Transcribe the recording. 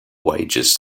wages